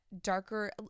darker